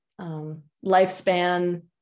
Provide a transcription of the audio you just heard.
lifespan